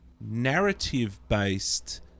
narrative-based